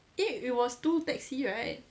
eh it was two taxi right